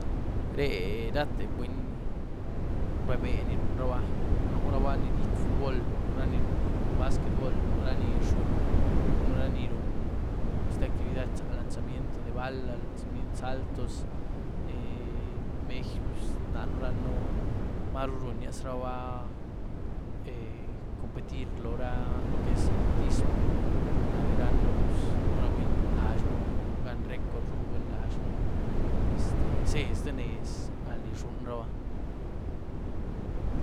Reé rate buny bebee ni runraba, nuraba ni rgyiety futbool, nú raní run basquetbool, nú ni rzhuny, nú raní run ztíé actividad, za lanzamiento de bala, lanzamiento, saltos mejïéj pz daën ranën runyiazruba competir lorá lo que es atletismo, naré ranën pues nu ra buny laxën run gan recoord, nú buny laxën este zeéh ztíé nez al ni rzhunyraba.